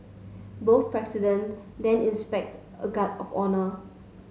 both presidents then inspected a guard of honour